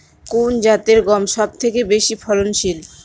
কোন জাতের গম সবথেকে বেশি ফলনশীল?